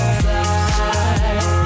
fly